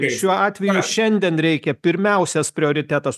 šiuo atveju šiandien reikia pirmiausias prioritetas